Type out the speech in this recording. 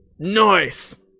Nice